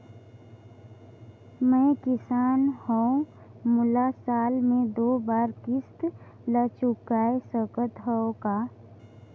मैं किसान हव मोला साल मे दो बार किस्त ल चुकाय सकत हव का?